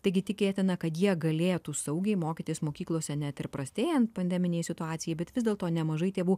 taigi tikėtina kad jie galėtų saugiai mokytis mokyklose net ir prastėjant pandeminei situacijai bet vis dėlto nemažai tėvų